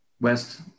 West